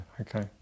okay